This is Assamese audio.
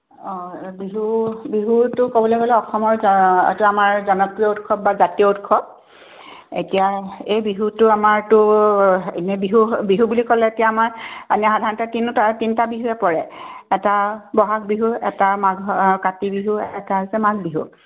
অঁ বিহু বিহুটো ক'বলৈ গ'লে অসমৰ এইটো আমাৰ জনপ্ৰিয় উৎসৱ বা জাতীয় উৎসৱ এতিয়া এতিয়া এই বিহুটো আমাৰতো এনে বিহু বিহু বুলি ক'লে এতিয়া আমাৰ এনে সাধাৰণতে তিনিওটা তিনিটা বিহুৱে পৰে এটা ব'হাগ বিহু এটা মাঘ কাতি বিহু এটা হৈছে মাঘ বিহু